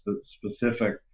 specific